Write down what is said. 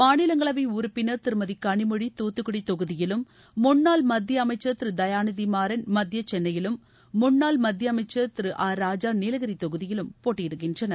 மாநிலங்களவை உறப்பினர் திருமதி கனிமொழி தாத்துக்குடி தொகுதியிலும் முன்னாள் மத்திய அமைச்சர் திரு தயாநிதி மாறன் மத்திய சென்னையிலும் முன்னாள் மத்திய அமைச்சர் திரு ஆராஜா நீலகிரி தொகுதியிலும் போட்டியிடுகின்றனர்